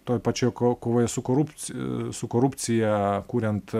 toj pačioj ko kovoje su korupci su korupcija kuriant